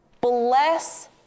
bless